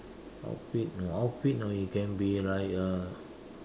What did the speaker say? outfit you know outfit you know it can be like uh